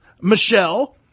Michelle